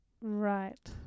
Right